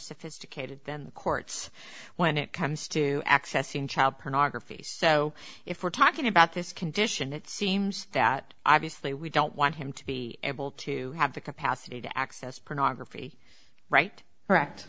sophisticated than the courts when it comes to accessing child pornography so if we're talking about this condition it seems that obviously we don't want him to be able to have the capacity to access pornography right